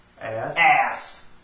ass